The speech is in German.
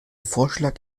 vorschlag